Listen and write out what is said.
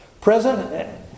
President